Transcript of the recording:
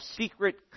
secret